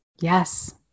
yes